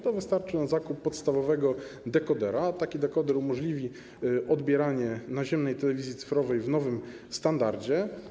To wystarczy na zakup podstawowego dekodera, a taki dekoder umożliwi odbieranie naziemnej telewizji cyfrowej w nowym standardzie.